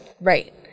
right